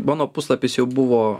mano puslapis jau buvo